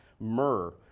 myrrh